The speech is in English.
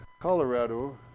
Colorado